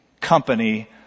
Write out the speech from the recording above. company